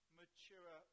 mature